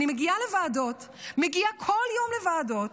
אני מגיעה לוועדות, מגיעה כל יום לוועדות,